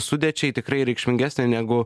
sudėčiai tikrai reikšmingesnė negu